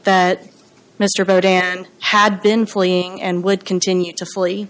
that mr bowden and had been fleeing and would continue to flee